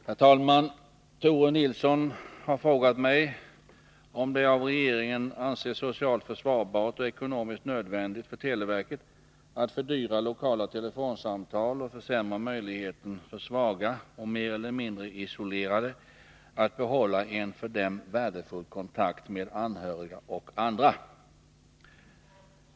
Herr talman! Tore Nilsson har frågat mig om det av regeringen anses socialt försvarbart och ekonomiskt nödvändigt för televerket att fördyra lokala telefonsamtal och försämra möjligheten för svaga och mer eller mindre isolerade att behålla en för dem värdefull kontakt med anhöriga och andra.